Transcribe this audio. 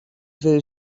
will